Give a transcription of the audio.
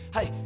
Hey